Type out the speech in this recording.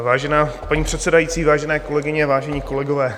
Vážená paní předsedající, vážené kolegyně, vážení kolegové.